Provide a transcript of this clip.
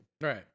right